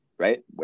right